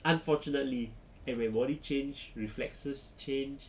unfortunately and my body change reflexes change